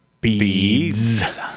beads